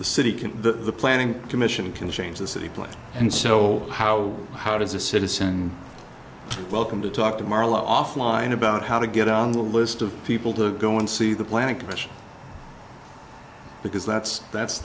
the city can the planning commission can change the city plans and so how how does a citizen welcome to talk to marlo offline about how to get on the list of people to go and see the planning commission because that's that's